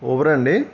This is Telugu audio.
ఉబర్ అండి